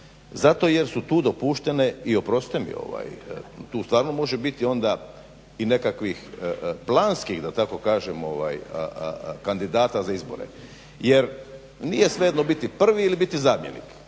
Zato jer su tu dopuštene, i oprostite mi ovaj tu stvarno može biti onda i nekakvih planskih da tako kažem kandidata za izbore jer nije svejedno biti prvi ili biti zamjenik.